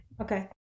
Okay